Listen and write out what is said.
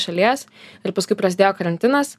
šalies ir paskui prasidėjo karantinas